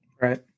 Right